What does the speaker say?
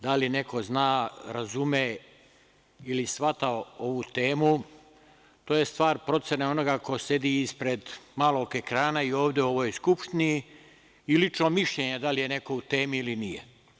Da li neko zna, razume ili shvata ovu temu to je stvar procene onoga ko sedi pored malog ekrana i ovde u ovoj Skupštini i lično mišljenje da li je neko u temi ili nije.